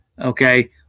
Okay